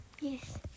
Yes